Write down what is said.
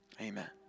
Amen